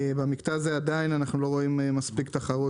במקטע הזה אנחנו עדיין לא רואים מספיק תחרות,